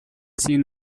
seen